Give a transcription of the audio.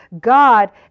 God